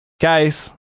guys